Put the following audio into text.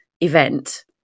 event